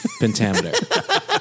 pentameter